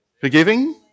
Forgiving